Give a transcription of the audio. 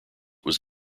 was